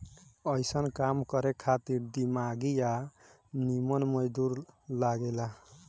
अइसन काम करे खातिर दिमागी आ निमन मजदूर लागे ला